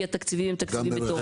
כי התקציבים מטורפים.